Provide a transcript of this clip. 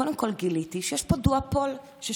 קודם כול גיליתי שיש פה דואופול ששולט